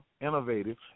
innovative